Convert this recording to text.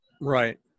Right